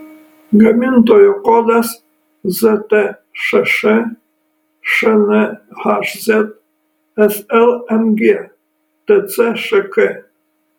gamintojo kodas ztšš šnhz slmg tcšk